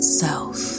self